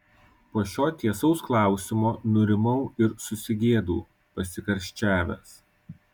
po šio tiesaus klausimo nurimau ir susigėdau pasikarščiavęs